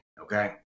Okay